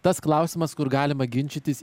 tas klausimas kur galima ginčytis